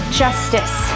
justice